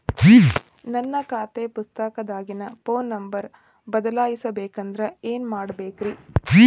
ನನ್ನ ಖಾತೆ ಪುಸ್ತಕದಾಗಿನ ಫೋನ್ ನಂಬರ್ ಬದಲಾಯಿಸ ಬೇಕಂದ್ರ ಏನ್ ಮಾಡ ಬೇಕ್ರಿ?